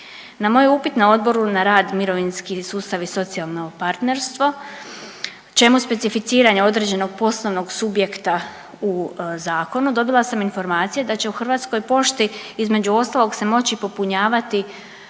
Na moj upit na Odboru za rad, mirovinski sustav i socijalno partnerstvo čemu specificiranje određenog poslovnog subjekta u zakonu dobila sam informacije da će u Hrvatskoj pošti između ostalog se moći popunjavati